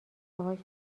باهاش